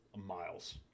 miles